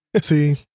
See